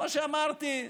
כמו שאמרתי,